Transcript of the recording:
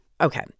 Okay